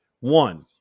One